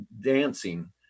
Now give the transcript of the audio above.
dancing